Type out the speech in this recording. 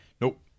Nope